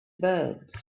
birds